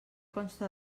consta